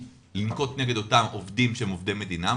לנקוט נגד אותם עובדים שהם עובדי מדינה,